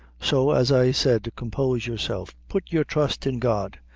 so, as i said, compose yourself put your trust in god,